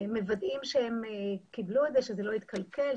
מוודאים שהם קיבלו את זה, ש שהוא לא התקלקל,